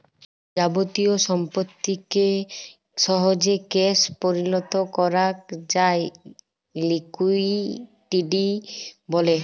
যাবতীয় সম্পত্তিকে সহজে ক্যাশ পরিলত করাক যায় লিকুইডিটি ব্যলে